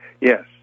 Yes